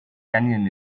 canyon